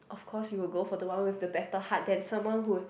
of course you will go for the one with the better heart then someone who